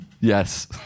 Yes